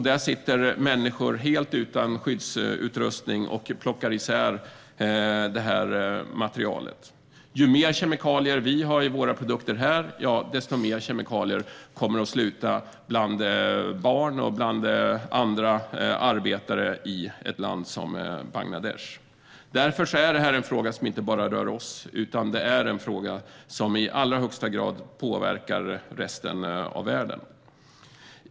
Där sitter människor helt utan skyddsutrustning och plockar isär materialet. Ju mer kemikalier vi har i våra produkter här, desto mer kemikalier blir det bland barn och arbetare i ett land som Bangladesh. Därför är detta en fråga som inte bara rör oss utan som i allra högsta grad påverkar resten av världen.